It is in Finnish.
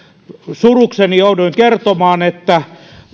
surukseni jouduin kertomaan että